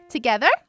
Together